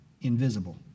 invisible